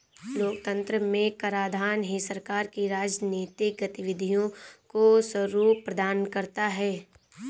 लोकतंत्र में कराधान ही सरकार की राजनीतिक गतिविधियों को स्वरूप प्रदान करता है